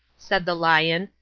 said the lion,